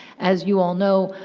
as you all know,